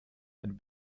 ein